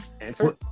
Answer